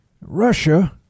Russia